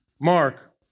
Mark